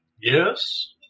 Yes